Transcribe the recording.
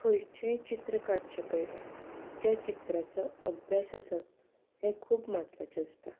खंयचें चित्र काडचे पयलें ज्या चित्राचो अभ्यास आसा हें खूब महत्वाचें आसता